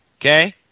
Okay